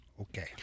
okay